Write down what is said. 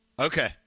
Okay